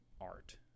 art